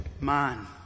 man